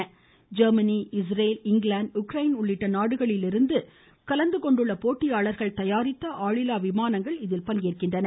இதில் Germany Israel England Ukraine உள்ளிட்ட நாடுகளிலிருந்து கலந்துகொண்டுள்ள போட்டியாளர்கள் தயாரித்த ஆளில்லா விமானங்கள் பங்கேற்க உள்ளன